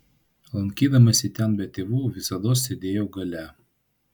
lankydamasi ten be tėvų visados sėdėjau gale